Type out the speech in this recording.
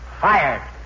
Fired